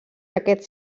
aquest